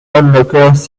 onlookers